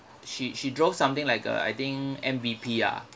she she drove something like uh I think M_V_P ah